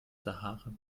sahara